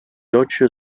deutsche